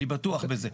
אני בטוח בזה,